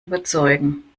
überzeugen